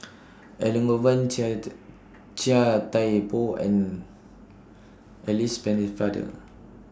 Elangovan Chia The Chia Thye Poh and Alice Pennefather